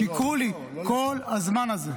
שיקרו לי כל הזמן הזה.